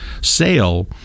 sale